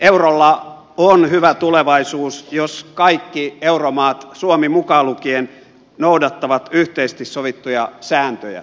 eurolla on hyvä tulevaisuus jos kaikki euromaat suomi mukaan lu kien noudattavat yhteisesti sovittuja sääntöjä